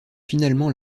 finalement